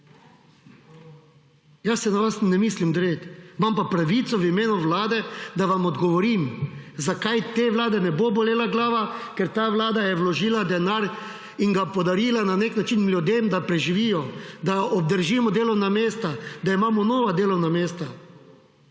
– 19.55 (nadaljevanje) pravico v imenu Vlade, da vam odgovorim, zakaj te Vlade ne bo bolela glava, ker ta Vlada je vložila denar in ga podarila na nek način ljudem, da preživijo, da obdržimo delovna mesta, da imamo nova delovna mesta